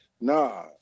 nah